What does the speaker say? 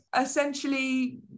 essentially